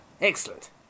Excellent